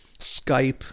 Skype